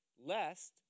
lest